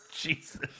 Jesus